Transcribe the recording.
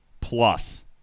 plus